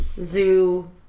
zoo